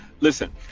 Listen